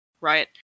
right